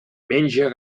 menja